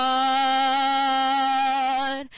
God